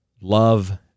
Love